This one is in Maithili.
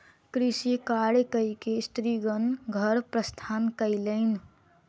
कृषि कार्य कय के स्त्रीगण घर प्रस्थान कयलैन